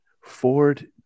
Ford